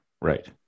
Right